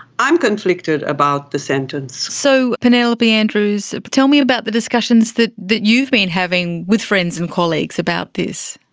i'm conflicted about the sentence. so, penelope andrews, but tell me about the discussions that that you've been having with friends and colleagues about this.